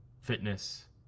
fitness